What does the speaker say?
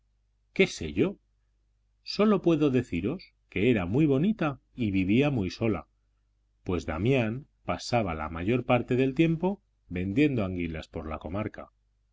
qué sé yo sólo puedo deciros que era muy bonita y vivía muy sola pues damián pasaba la mayor parte del tiempo vendiendo anguilas por la comarca